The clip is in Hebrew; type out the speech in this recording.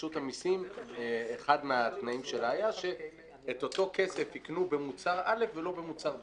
רשות המסים היה שאת אותו כסף יקנו במוצר א' ולא במוצר ב'.